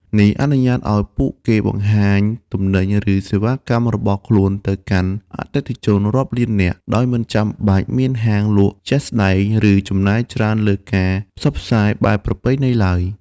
នេះអនុញ្ញាតឲ្យពួកគេបង្ហាញទំនិញ ឬសេវាកម្មរបស់ខ្លួនទៅកាន់អតិថិជនរាប់លាននាក់ ដោយមិនចាំបាច់មានហាងលក់ជាក់ស្តែង ឬចំណាយច្រើនលើការផ្សព្វផ្សាយបែបប្រពៃណីឡើយ។